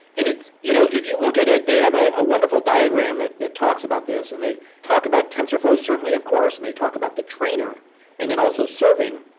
and you know if you look at it, they have a wonderful diagram that that talks about this and they talk about tensorflow certainly of course, and they talk about the trainer and then also serving,